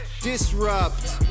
Disrupt